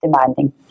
demanding